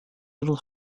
little